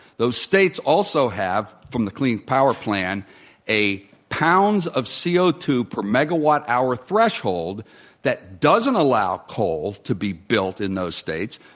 those states also have from the clean power plan a pounds of c o two per megawatt hour threshold that doesn't allow coal to be built in those states.